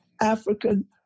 African